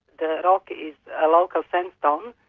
the rock is a local sandstone,